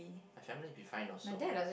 my family be fine also